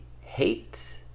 hate